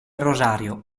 rosario